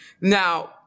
Now